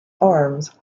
arms